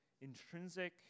intrinsic